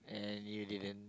and you didnt'